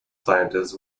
planters